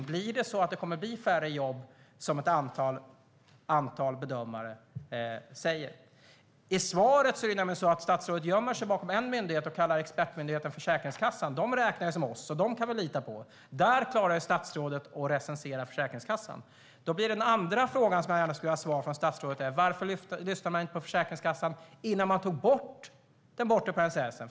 Kommer det att bli färre jobb, som ett antal bedömare säger? Statsrådet gömde sig i sitt svar bakom en myndighet och kallar expertmyndigheten Försäkringskassan; den myndigheten räknar som vi, och den kan vi lita på. Där klarar statsrådet att recensera Försäkringskassan. Den andra frågan jag vill ha svar på från statsrådet är: Varför lyssnade man inte på Försäkringskassan innan man tog bort den bortre parentesen?